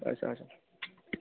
अच्छा अच्छा